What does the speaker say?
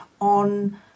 on